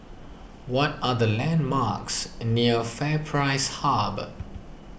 what are the landmarks near FairPrice Hub